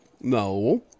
No